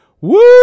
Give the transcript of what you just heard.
Woo